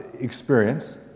experience